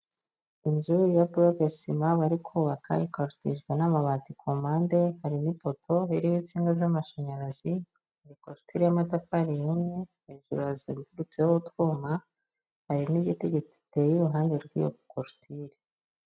Inzu ya bloc ciment bari kubaka ikorotirijwe n'amabati ku mpande, harimo ipoto ririho insinga z'amashanyarazi. Ni Clôture y'amatafari yumye hejuru haziritseho utwuma, hari nigiti ziteye iruhande rw'iyo Clôture.